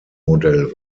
modell